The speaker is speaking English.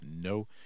no